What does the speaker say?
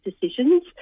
decisions